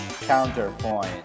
counterpoint